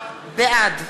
בעד